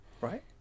right